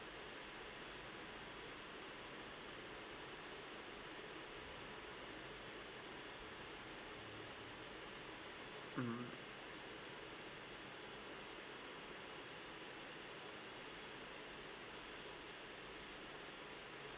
mm